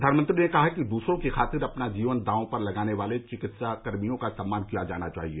प्रधानमंत्री ने कहा कि दूसरों की खातिर अपना जीवन दांव पर लगाने वाले चिकित्साकर्मियों का सम्मान किया जाना चाहिए